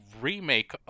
remake